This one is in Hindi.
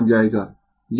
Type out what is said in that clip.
यह जानते है